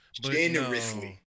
Generously